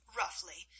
roughly